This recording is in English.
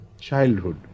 childhood